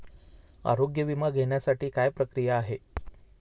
आरोग्य विमा घेण्यासाठी काय प्रक्रिया आहे?